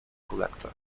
collector